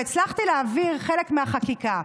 והצלחתי להעביר חלק מהחקיקה.